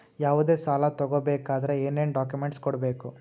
ಯಾವುದೇ ಸಾಲ ತಗೊ ಬೇಕಾದ್ರೆ ಏನೇನ್ ಡಾಕ್ಯೂಮೆಂಟ್ಸ್ ಕೊಡಬೇಕು?